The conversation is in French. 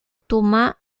thomas